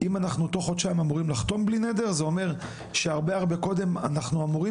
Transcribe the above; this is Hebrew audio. אם אנחנו תוך חודשיים אמורים לחתום אנחנו הרבה קודם אמורים